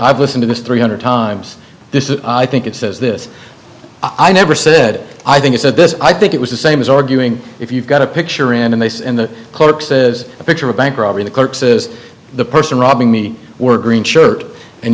i've listened to this three hundred times this is i think it says this i never said i think he said this i think it was the same as arguing if you've got a picture in and they say in the corpses a picture a bank robbery the clerk says the person robbing me were green shirt and